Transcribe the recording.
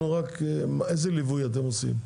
איזה ליווי אתם עושים?